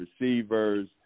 receivers